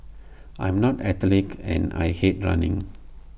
I am not athletic and I hate running